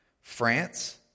France